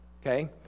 okay